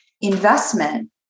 investment